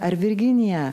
ar virginija